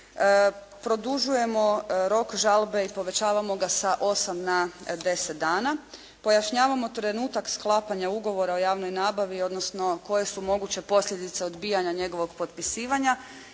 produžujemo rok žalbe i povećavamo ga sa 8 na 10 dana, pojašnjavamo trenutak sklapanja ugovora o javnoj nabavi, odnosno koje su moguće posljedice odbijanja njegovog potpisivanja